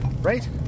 Right